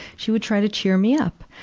she would try to cheer me up.